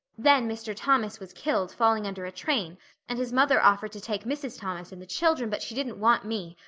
then mr. thomas was killed falling under a train and his mother offered to take mrs. thomas and the children, but she didn't want me.